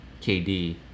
KD